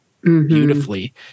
beautifully